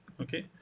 okay